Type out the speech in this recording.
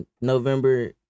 November